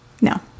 No